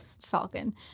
falcon